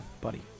buddy